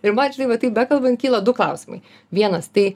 ir man žinai va taip bekalbant kyla du klausimai vienas tai